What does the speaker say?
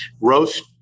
roast